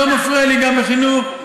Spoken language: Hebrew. גם לא מפריע לי שזה יהיה בחינוך.